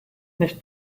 nicht